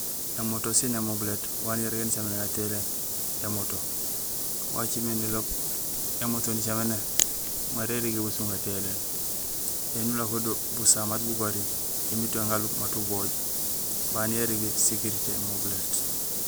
Émoto sin émobilét wa nirégé nicaméné gatéhiléén émoto. Wacimé niloob émoto nicaméné mara érégé bqasum gatéyiléén. Éni ulako do, busaha mat bugori, émiit yon galub mat ubooj baan yo érégé sécurité émobilét.